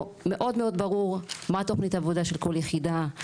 מאוד מאוד ברור מה תוכנית העבודה של כל יחידה?